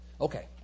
Okay